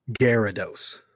gyarados